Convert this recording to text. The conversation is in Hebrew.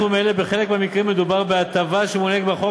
בחלק מהמקרים מדובר בהטבה שמוענקת בחוק